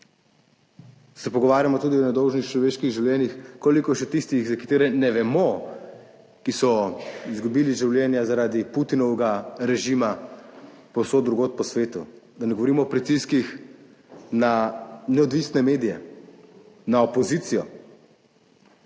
se pogovarjamo tudi o nedolžnih človeških življenjih, koliko je še tistih, za katere ne vemo, ki so izgubili življenja zaradi Putinovega režima povsod drugod po svetu, da ne govorimo o pritiskih na neodvisne medije, na opozicijo.